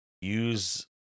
use